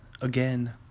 Again